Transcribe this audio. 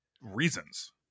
reasons